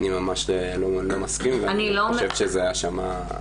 אני ממש לא מסכים, אני חושב שזאת האשמה.